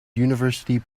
university